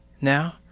Now